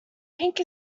pink